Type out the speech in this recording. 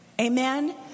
Amen